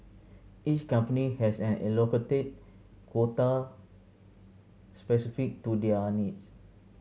each company has an allocated quota specific to their needs